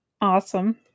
Awesome